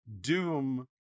Doom